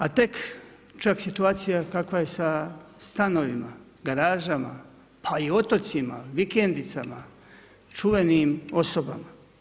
A tek čak situacija kakva je sa stanovima, garažama, pa i otocima, vikendicama, čuvenim osobama.